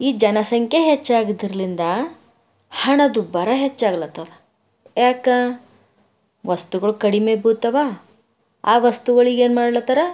ಈ ಜನಸಂಖ್ಯೆ ಹೆಚ್ಚಾಗದ್ರಲ್ಲಿಂದ ಹಣದುಬ್ಬರ ಹೆಚ್ಚಾಗ್ಲತ್ತದ ಯಾಕೆ ವಸ್ತುಗಳು ಕಡಿಮೆ ಬೀಳ್ತವೆ ಆ ವಸ್ತುಗಳಿಗೆ ಏನು ಮಾಡ್ಲತ್ತಾರ